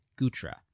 Gutra